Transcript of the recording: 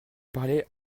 parlé